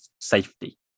safety